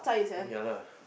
ya lah